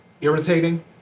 irritating